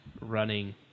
running